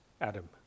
Adam